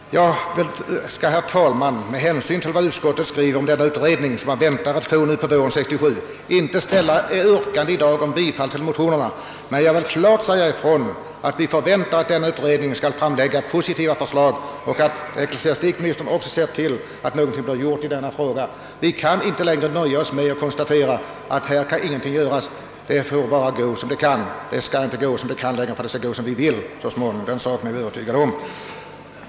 Jag skall med hänsyn till att denna utredning beräknas bli färdig nu i vår inte i dag ställa något yrkande om bifall till motionerna, men jag vill klart säga ifrån att vi förväntar oss att denna utredning skall framlägga ett positivt förslag och att ecklesiastikministern ser till att någonting blir gjort i denna fråga. Vi kan inte längre nöja oss med att konstatera att ingenting kan göras; det får inte gå som det kan. Det skall inte gå som det kan längre utan det skall gå som vi vill. Den saken är vi övertygade om.